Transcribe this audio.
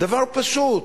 דבר פשוט.